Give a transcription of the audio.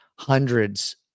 hundreds